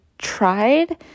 tried